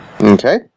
Okay